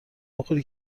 بخوری